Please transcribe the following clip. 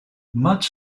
much